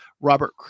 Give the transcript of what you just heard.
Robert